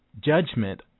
Judgment